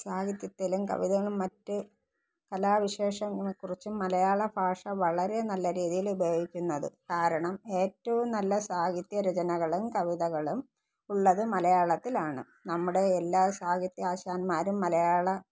സാഹിത്യത്തിലും കവിതകളും മറ്റ് കലാവിശേഷങ്ങളെ കുറിച്ചും മലയാള ഭാഷ വളരെ നല്ല രീതിയിൽ ഉപയോഗിക്കുന്നത് കാരണം ഏറ്റവും നല്ല സാഹിത്യരചനകളും കവിതകളും ഉള്ളത് മലയാളത്തിലാണ് നമ്മുടെ എല്ലാ സാഹിത്യ ആശാന്മാരും മലയാള